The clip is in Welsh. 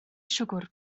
siwgr